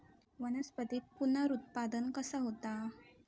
वनस्पतीत पुनरुत्पादन कसा होता?